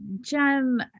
Jen